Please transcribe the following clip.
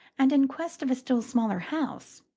and in quest of a still smaller house,